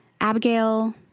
Abigail